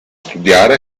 studiare